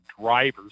drivers